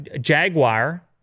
Jaguar